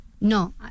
no